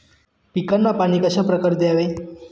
पिकांना पाणी कशाप्रकारे द्यावे?